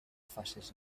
faces